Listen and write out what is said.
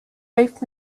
both